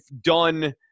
done